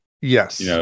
Yes